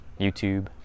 YouTube